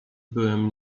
byłem